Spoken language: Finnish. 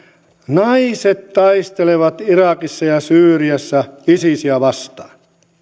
naiset taistelevat irakissa ja syyriassa isisiä vastaan